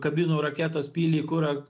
kabino raketas pylė kurą